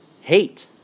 hate